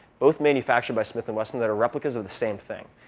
both manufactured by smith and wesson, that are replicas of the same thing,